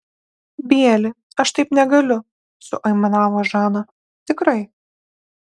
bieli aš taip negaliu suaimanavo žana tikrai